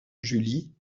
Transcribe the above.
julie